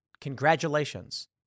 Congratulations